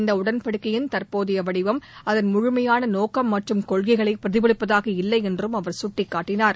இந்த உடன்படிக்கையின் தற்போதைய வடிவம் அதன் முழுமையான நோக்கம் மற்றும் கொள்கைகளை பிரதிபலிப்பதாக இல்லை என்றும் அவர் சுட்டிக்காட்டினார்